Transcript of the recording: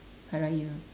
hari-raya